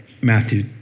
Matthew